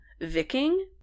Viking